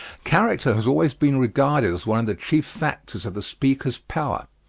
character has always been regarded as one of the chief factors of the speaker's power.